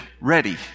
ready